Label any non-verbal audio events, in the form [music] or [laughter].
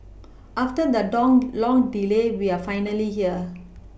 after the [unintelligible] long delay we are finally here